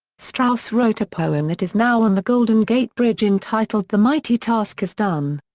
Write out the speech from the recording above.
strauss wrote a poem that is now on the golden gate bridge entitled the mighty task is done.